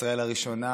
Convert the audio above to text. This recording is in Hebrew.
ישראל הראשונה,